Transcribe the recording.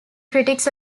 critics